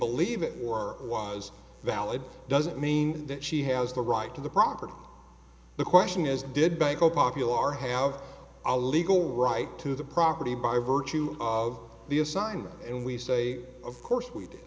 believe it or was valid doesn't mean that she has the right to the property the question is did banco popular have a legal right to the property by virtue of the assignment and we say of course we did